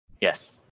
Yes